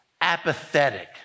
apathetic